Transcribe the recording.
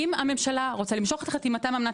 אם הממשלה רוצה למשוך את חתימה מאמנת